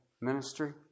ministry